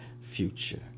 future